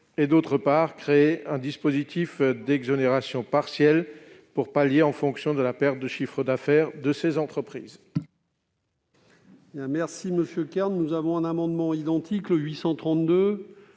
et, d'autre part, de créer un dispositif d'exonération partielle par palier en fonction de la perte de chiffre d'affaires de ces entreprises.